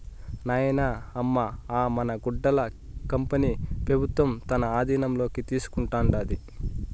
నాయనా, అమ్మ అ మన గుడ్డల కంపెనీ పెబుత్వం తన ఆధీనంలోకి తీసుకుంటాండాది